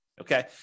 Okay